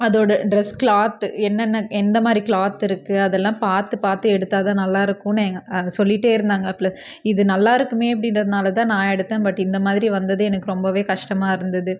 அதோடய dress cloth என்னென்ன எந்த மாதிரி க்ளாத் இருக்குது அதெல்லாம் பார்த்து பார்த்து எடுத்தால் தான் நல்லா இருக்குதுன்னு எங்கள் சொல்லிட்டே இருந்தாங்க ப்ள இது நல்லா இருக்குமே அப்படின்றனால தான் நான் எடுத்தேன் பட் இந்த மாதிரி வந்தது எனக்கு ரொம்பவே கஷ்டமாக இருந்தது